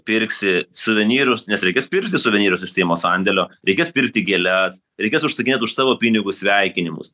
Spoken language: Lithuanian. pirksi suvenyrus nes reikės pirkti suvenyrus iš seimo sandėlio reikės pirkti gėles reikės užsakinėt už savo pinigus sveikinimus